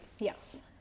Yes